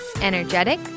energetic